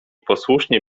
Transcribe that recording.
posłusznie